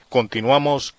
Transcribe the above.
continuamos